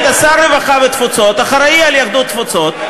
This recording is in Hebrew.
היית שר הרווחה והתפוצות, אחראי ליהדות התפוצות.